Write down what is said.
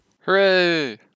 Hooray